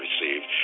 received